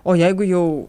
o jeigu jau